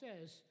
says